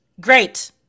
Great